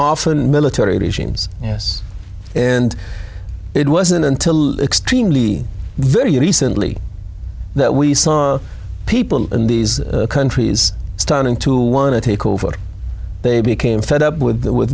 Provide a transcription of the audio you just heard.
often military regimes and it wasn't until extremely very recently that we saw people in these countries starting to want to take over they became fed up with with